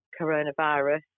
coronavirus